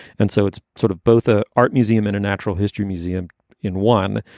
and so it's sort of both a art museum and a natural history museum in one.